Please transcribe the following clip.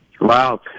Wow